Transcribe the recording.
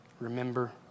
Remember